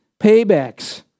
paybacks